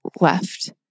left